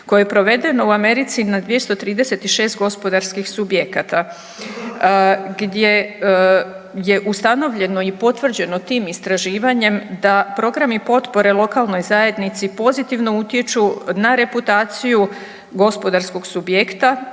je provedeno u Americi na 236 gospodarskih subjekata gdje, gdje je ustanovljeno i potvrđeno tim istraživanjem da programi potpore lokalnoj zajednici pozitivno utječu na reputaciju gospodarskog subjekta,